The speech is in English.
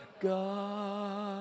God